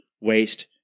waste